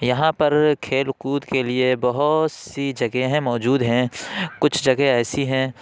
یہاں پر کھیل کود کے لیے بہت سی جگہیں ہیں موجود ہیں کچھ جگہیں ایسی ہیں